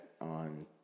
on